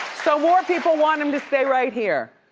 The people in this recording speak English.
so more people want him to stay right here.